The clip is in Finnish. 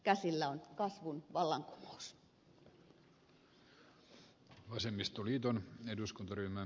käsillä on kasvun vallankumous